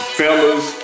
fellas